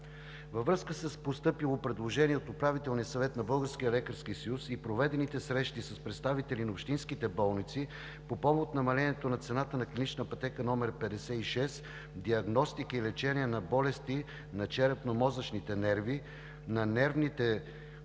Във връзка с постъпило предложение от Управителния съвет на Българския лекарски съюз и проведените срещи с представители на общинските болници, по повод намалението на цената на клинична пътека № 56 „Диагностика и лечение на болести на черепно-мозъчните нерви, на нервните коренчета